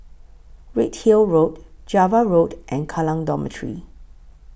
Redhill Road Java Road and Kallang Dormitory